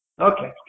Okay